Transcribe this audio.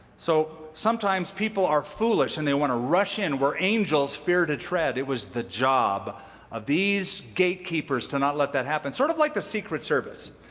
so, sometimes people are foolish, and they want to rush in where angels fear to tread. it was the job of these gatekeepers to not let that happen, sort of like the secret service.